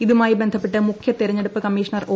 ഇതുമായി ബന്ധപ്പെട്ട് മുഖ്യതെരഞ്ഞെടുപ്പ് കമ്മീഷണർ ഒ